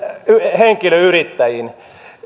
henkilöyrittäjiin